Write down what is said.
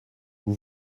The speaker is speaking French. vous